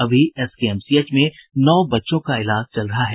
अभी एसकेएमसीएच में नौ बच्चों का इलाज चल रहा है